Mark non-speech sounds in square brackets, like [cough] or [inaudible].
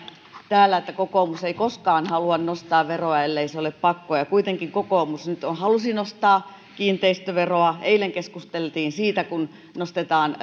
täällä että kokoomus ei koskaan halua nostaa veroa ellei ole pakko ja kuitenkin kokoomus nyt halusi nostaa kiinteistöveroa eilen keskusteltiin siitä kun nostetaan [unintelligible]